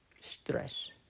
stress